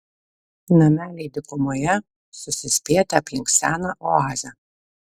nameliai dykumoje susispietę aplink seną oazę